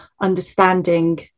understanding